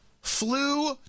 flew